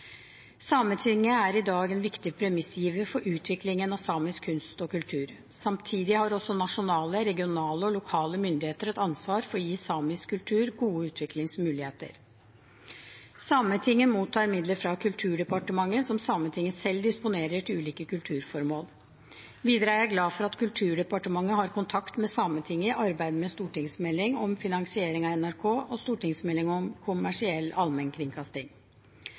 Sametinget er i dag en viktig premissgiver for utviklingen av samisk kunst og kultur. Samtidig har også nasjonale, regionale og lokale myndigheter et ansvar for å gi samisk kultur gode utviklingsmuligheter. Sametinget mottar midler fra Kulturdepartementet som Sametinget selv disponerer til ulike kulturformål. Videre er jeg glad for at Kulturdepartementet har kontakt med Sametinget i arbeidet med stortingsmeldingen om finansiering av NRK og stortingsmeldingen om kommersiell allmennkringkasting.